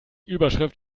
überschrift